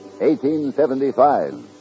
1875